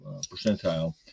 percentile